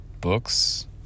books